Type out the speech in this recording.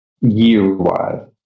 Year-wise